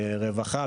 ברווחה?